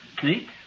See